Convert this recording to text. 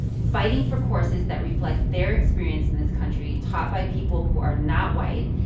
fighting for courses that reflect their experience in this country, taught by people who are not white,